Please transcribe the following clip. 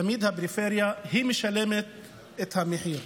תמיד הפריפריה היא שמשלמת את המחיר.